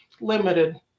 limited